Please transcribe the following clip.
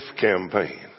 campaign